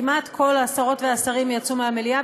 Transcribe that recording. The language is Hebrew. כמעט כל השרות והשרים יצאו מהמליאה,